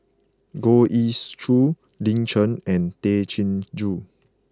Goh Ee Choo Lin Chen and Tay Chin Joo